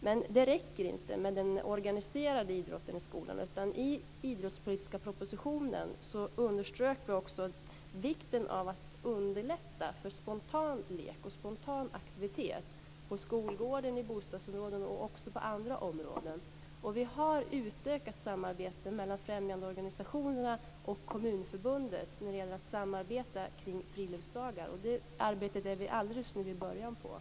Men det räcker inte med den organiserade idrotten i skolan. I den idrottspolitiska propositionen underströk vi också vikten av att underlätta för spontan lek och spontan aktivitet på skolgården, i bostadsområden och på andra områden. Vi har utökat samarbete mellan främjandeorganisationerna och kommunförbundet när det gäller att samarbeta kring friluftsdagar, och det arbetet är vi alldeles i början av.